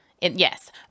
yes